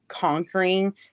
conquering